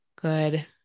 Good